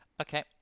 Okay